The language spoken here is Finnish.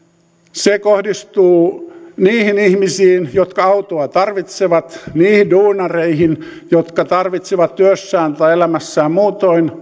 se kohdistuu niihin ihmisiin jotka autoa tarvitsevat niihin duunareihin jotka tarvitsevat työssään tai muutoin